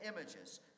images